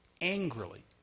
angrily